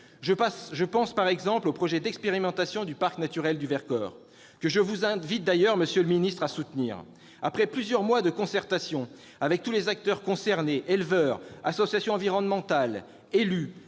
Je pense, par exemple, au projet d'expérimentation du parc naturel régional du Vercors, que je vous invite d'ailleurs à soutenir, monsieur le ministre. Après plusieurs mois de concertation avec tous les acteurs concernés, éleveurs, associations environnementales, élus,